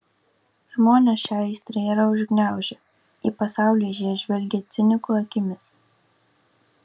žmonės šią aistrą yra užgniaužę į pasaulį jie žvelgia cinikų akimis